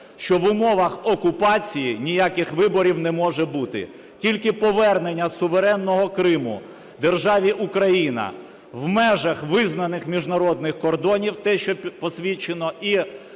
що в умовах окупації ніяких виборів не може бути. Тільки повернення суверенного Криму державі Україна в межах визнаних міжнародних кордонів, те що посвідчено